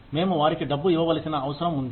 మేము వారికి డబ్బు ఇవ్వవలసిన అవసరం ఉంది